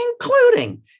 including